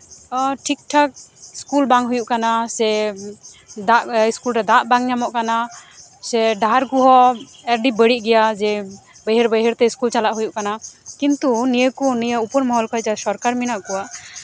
ᱴᱷᱤᱠ ᱴᱷᱟᱠ ᱤᱥᱠᱩᱞ ᱵᱟᱝ ᱦᱩᱭᱩᱜ ᱠᱟᱱᱟ ᱥᱮ ᱤᱥᱠᱩᱞ ᱨᱮ ᱫᱟᱜ ᱵᱟᱝ ᱧᱟᱢᱚᱜ ᱠᱟᱱᱟ ᱥᱮ ᱰᱟᱦᱟᱨ ᱠᱚᱦᱚᱸ ᱟᱹᱰᱤ ᱵᱟᱹᱲᱤᱡ ᱜᱮᱭᱟ ᱡᱮ ᱵᱟᱹᱭᱦᱟᱹᱲ ᱵᱟᱹᱭᱦᱟᱹᱲ ᱛᱮ ᱤᱥᱠᱩᱞ ᱪᱟᱞᱟᱜ ᱦᱩᱭᱩᱜ ᱠᱟᱱᱟ ᱠᱤᱱᱛᱩ ᱱᱤᱭᱟᱹ ᱠᱚ ᱩᱯᱚᱨ ᱢᱚᱦᱚᱞ ᱠᱷᱚᱡ ᱡᱟᱦᱟᱸᱭ ᱥᱚᱨᱠᱟᱨ ᱢᱮᱱᱟᱜ ᱠᱚᱣᱟ